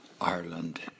Ireland